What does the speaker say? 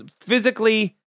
physically